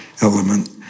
element